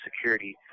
security